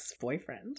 boyfriend